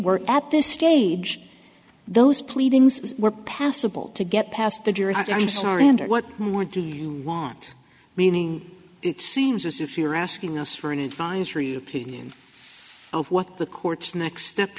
were at this stage those pleadings were passable to get past the jury i'm sorry and what more do you want meaning it seems as if you are asking us for an advisory opinion of what the court's next step